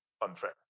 unfair